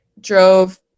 drove